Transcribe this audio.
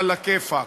עלא כיפאק,